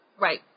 Right